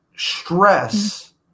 stress